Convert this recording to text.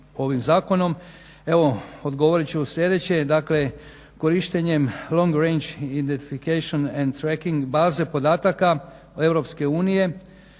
ovim Zakonom. Evo odgovorit ću sljedeće. Dakle, korištenjem Long granch identification and tracking baze podataka Europske unije